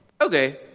okay